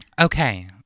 Okay